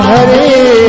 Hare